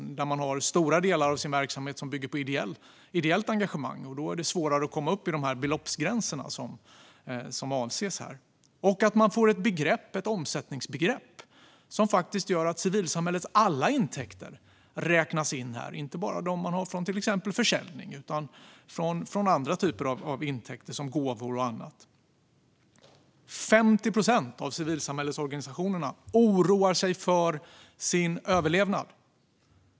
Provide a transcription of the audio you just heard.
När stora delar av verksamheten bygger på ideellt engagemang är det svårare att komma upp till de beloppsgränser som avses. Man bör också få ett omsättningsbegrepp som gör att civilsamhällets alla intäkter räknas in, inte bara intäkter från till exempel försäljning utan också andra typer av intäkter, såsom gåvor och annat. 50 procent av civilsamhällesorganisationerna oroar sig för sin överlevnad.